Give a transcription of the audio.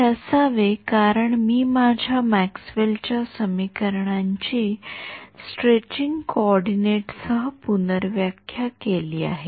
हे असावे कारण मी माझ्या मॅक्सवेलच्या समीकरणांची स्ट्रेचिंग कॉर्डिनेट्स सह पुनर्व्याख्या केली आहे